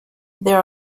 there